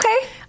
Okay